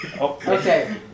Okay